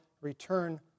return